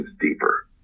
deeper